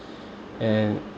and